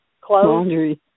clothes